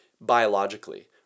biologically